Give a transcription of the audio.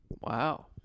Wow